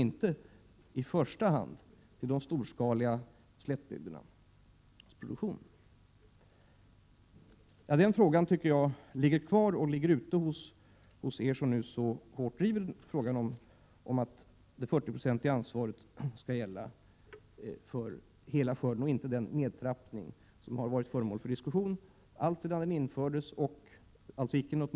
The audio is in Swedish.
Jag tycker att den frågan kvarstår och har att besvaras av er som nu så hårt driver kravet på att det 40-procentiga ansvaret skall gälla för hela skörden och inte trappas ned. Den nedtrappning som föreslås är alls icke något nytt och okänt. Den har varit föremål för diskussioner alltsedan den infördes.